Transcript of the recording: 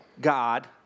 God